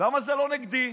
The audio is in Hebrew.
למה זה לא נגדי?